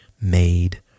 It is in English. made